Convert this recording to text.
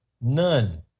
None